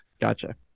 gotcha